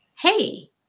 hey